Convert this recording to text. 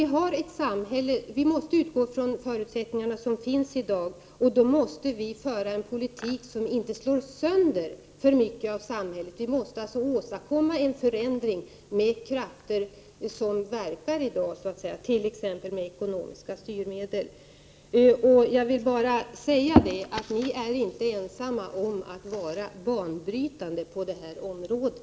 Vi måste utgå ifrån de förutsättningar som finns i dag. Då måste vi föra en politik som inte slår sönder för mycket av det samhälle vi har. Vi måste åstadkomma en förändring med krafter som verkar i dag, t.ex. med ekonomiska styrmedel. Ni är alltså inte ensamma om att vara banbrytande på detta område.